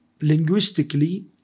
Linguistically